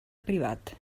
privat